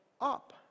up